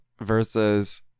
versus